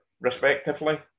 respectively